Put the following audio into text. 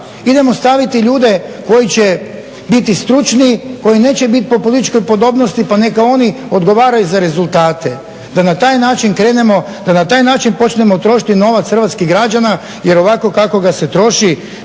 Idemo staviti ljude koji će biti stručni, koji neće biti po političkoj podobnosti, pa neka oni odgovaraju za rezultate. Da na taj način krenemo, da na taj način počnemo trošiti novac hrvatskih građana jer ovako kako ga se troši